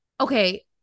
okay